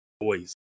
boys